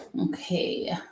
Okay